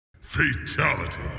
Fatality